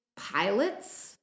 pilots